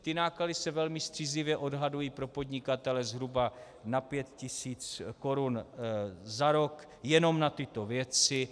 Ty náklady se velmi střízlivě odhadují pro podnikatele zhruba na 5 tisíc Kč za rok jenom na tyto věci.